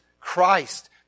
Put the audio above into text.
Christ